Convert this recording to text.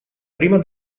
prima